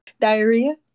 Diarrhea